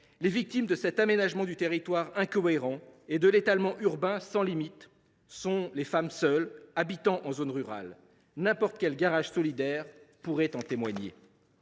les victimes de cet aménagement du territoire incohérent et de l’étalement urbain sans limites sont des femmes seules habitant en zone rurale. N’importe quel garage solidaire pourrait en témoigner